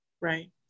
right